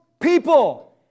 people